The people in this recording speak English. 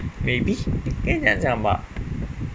maybe 可以这样讲吧